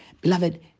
Beloved